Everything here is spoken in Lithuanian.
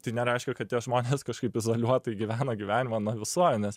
tai nereiškia kad tie žmonės kažkaip izoliuotai gyvena gyvenimą nuo visuomenės